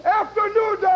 afternoon